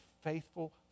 faithful